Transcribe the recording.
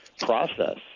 process